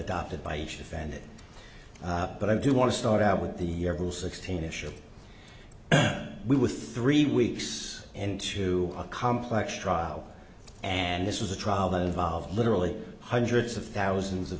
adopted by each offended but i do want to start out with the rule sixteen issue we were three weeks into a complex trial and this was a trial the involved literally hundreds of thousands of